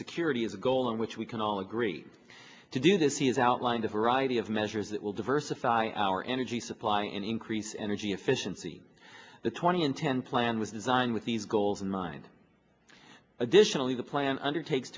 security is a goal in which we can all agree to do this he has outlined a variety of measures that will diversify our energy supply and increase energy efficiency the twenty in ten plan was designed with these goals in mind additionally the plan undertakes